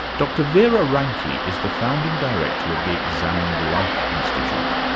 dr vera ranki is the founding director of the examined life institute.